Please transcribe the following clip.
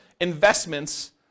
investments